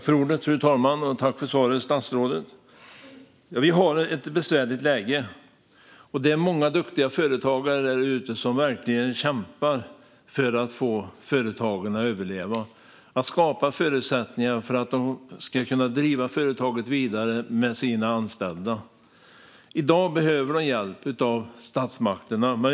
Fru talman! Tack, statsrådet, för svaret! Vi har ett besvärligt läge, och det är många duktiga företagare där ute som verkligen kämpar för att få företagen att överleva och för att skapa förutsättningar så att de kan driva företagen vidare med sina anställda. I dag behöver de hjälp av statsmakterna.